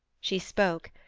she spoke,